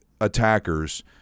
attackers